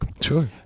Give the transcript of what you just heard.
Sure